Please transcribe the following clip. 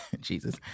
jesus